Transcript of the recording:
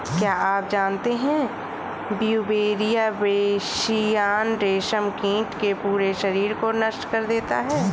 क्या आप जानते है ब्यूवेरिया बेसियाना, रेशम कीट के पूरे शरीर को नष्ट कर देता है